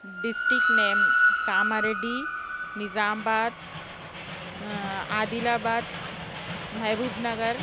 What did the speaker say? district name Kamareddy Nizamabad Adilabad Mehboob Nagar